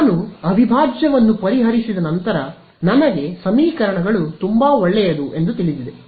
ನಾನು ಅವಿಭಾಜ್ಯವನ್ನು ಪರಿಹರಿಸಿದ ನಂತರ ನನಗೆ ಸಮೀಕರಣಗಳು ತುಂಬಾ ಒಳ್ಳೆಯದು ತಿಳಿದಿದೆ